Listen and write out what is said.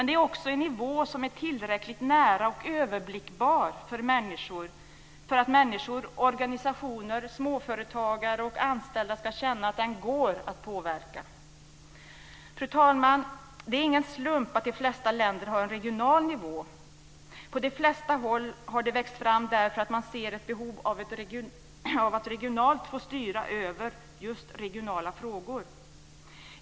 Det är också en nivå som är tillräckligt nära och överblickbar för att människor, organisationer, småföretagare och anställda ska känna att den går att påverka. Fru talman! Det är ingen slump att de flesta länder har en regional nivå. På de flesta håll har den växt fram därför att man har sett ett behov av att regionalt få råda över just regionala frågor.